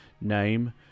name